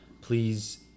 Please